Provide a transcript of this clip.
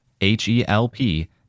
H-E-L-P